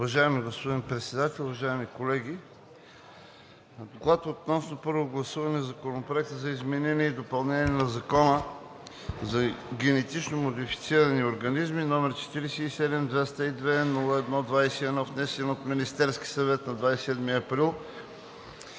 Уважаеми господин Председател, уважаеми колеги! „ДОКЛАД относно първо гласуване на Законопроект за изменение и допълнение на Закона за генетично модифицирани организми, № 47 202-01-21, внесен от Министерския съвет на 27 април